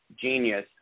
genius